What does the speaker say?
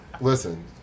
Listen